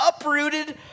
uprooted